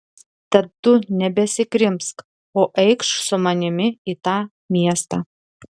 tad tu nebesikrimsk o eikš su manimi į tą miestą